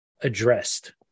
addressed